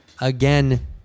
again